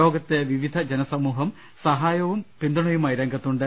ലോകത്തെ വിവിധ ജനസമൂഹം സഹായവും പിന്തുണയുമായി രംഗത്തുണ്ട്